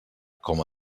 com